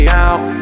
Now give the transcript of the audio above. out